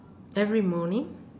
every morning